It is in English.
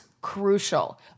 crucial